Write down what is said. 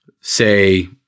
say